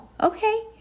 okay